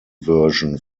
version